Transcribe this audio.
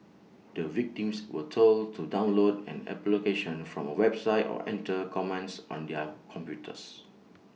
the victims were told to download an application from A website or enter commands on their computers